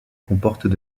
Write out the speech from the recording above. comportent